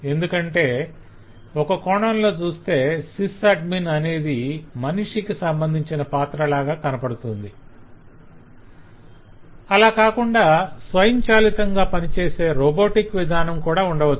ఎందుకంటే ఒక కోణంలో చూస్తే సిస్ అడ్మిన్ అనేది మనిషికి సంబంధించిన పాత్ర లాగా కనపడుతుంది అలా కాకుండా స్వయంచాలితంగా పనిచేసే రోబోటిక్ విధానం కూడా ఉండవచ్చు